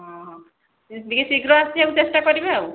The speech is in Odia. ହଁ ହଁ ଟିକିଏ ଶୀଘ୍ର ଆସିବାକୁ ଚେଷ୍ଟା କରିବେ ଆଉ